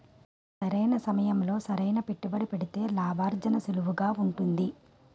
సరైన సమయంలో సరైన పెట్టుబడి పెడితే లాభార్జన సులువుగా ఉంటుంది